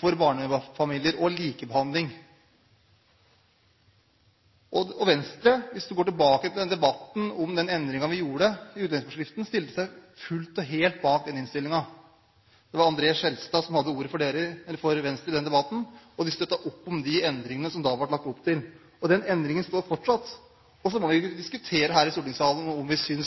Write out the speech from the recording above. for barnefamilier og likebehandling. Venstre – hvis vi går tilbake til debatten om den endringen vi gjorde i utlendingsforskriften – stilte seg fullt og helt bak den innstillingen. Det var André N. Skjelstad som hadde ordet for Venstre i den debatten, og han støttet opp om de endringene som det da ble lagt opp til. Den endringen står fortsatt. Så må vi kunne diskutere her i stortingssalen: